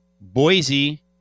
Boise